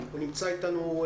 הוא נמצא איתנו?